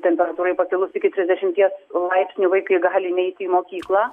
temperatūrai pakilus iki trisdešimties laipsnių vaikai gali neiti į mokyklą